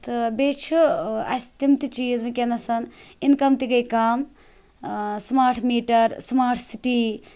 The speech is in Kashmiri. تہٕ بیٚیہِ چھِ اَسہِ تِم تہِ چیٖز وٕنۍکٮ۪نَس اِنکَم تہِ گٔے کَم سٕماٹ میٖٹَر سٕمات سِٹی